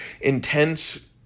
intense